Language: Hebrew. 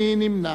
מי נמנע?